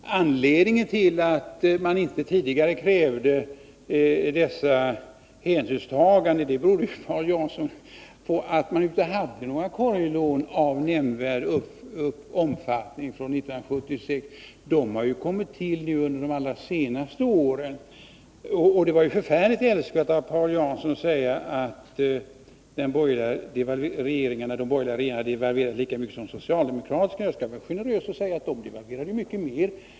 Herr talman! Anledningen till att man tidigare inte krävde dessa hänsynstaganden, Paul Jansson, är naturligtvis att man då inte hade korglån av någon nämnvärd omfattning. Sådana fanns inte 1976, utan de har kommit till under de allra senaste åren. Det var utomordentligt älskvärt av Paul Jansson att säga att de borgerliga regeringarna devalverade lika mycket som den socialdemokratiska. Jag skall vara generös och säga att de devalverade mycket mer.